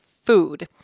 Food